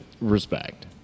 respect